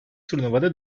turnuvada